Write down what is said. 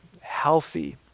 healthy